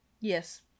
Yes